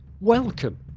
welcome